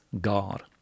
God